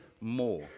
more